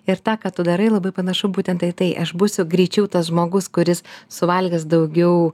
ir tą ką tu darai labai panašu būtent tai tai aš būsiu greičiau tas žmogus kuris suvalgys daugiau